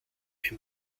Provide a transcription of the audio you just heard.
ein